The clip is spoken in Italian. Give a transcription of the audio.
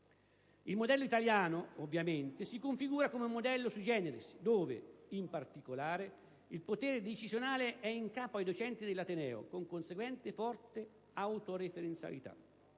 Il modello italiano, ovviamente, si configura come un modello *sui generis* dove, in particolare, il potere decisionale è in capo ai docenti dell'ateneo, con conseguente forte autoreferenzialità.